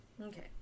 Okay